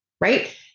right